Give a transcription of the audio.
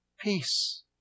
peace